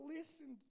listen